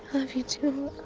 love you, too.